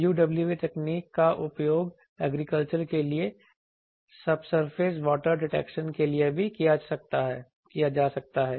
UWE तकनीक का उपयोग एग्रीकल्चर के लिए सबसरफेस पानी डिटेक्शन के लिए भी किया जाता है